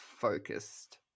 focused